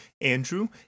Andrew